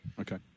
Okay